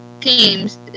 teams